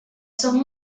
son